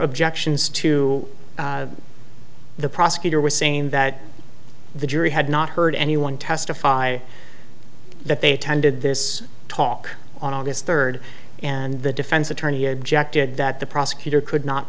objections to the prosecutor was saying that the jury had not heard anyone testify that they attended this talk on august third and the defense attorney objected that the prosecutor could not